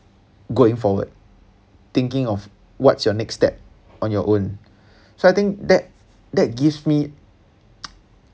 going forward thinking of what's your next step on your own so I think that that gives me